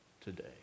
today